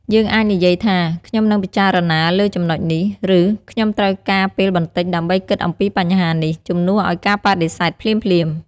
យើងអាចនិយាយថា "ខ្ញុំនឹងពិចារណាលើចំណុចនេះ" ឬ "ខ្ញុំត្រូវការពេលបន្តិចដើម្បីគិតអំពីបញ្ហានេះ" ជំនួសឲ្យការបដិសេធភ្លាមៗ។